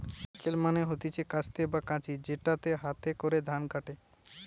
sickle মানে হতিছে কাস্তে বা কাঁচি যেটাতে হাতে করে ধান কাটে